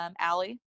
Allie